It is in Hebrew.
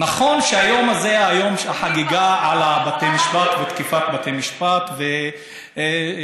נכון שהיום הזה הוא חגיגה על בתי המשפט ותקיפת בתי משפט וסמ"סים,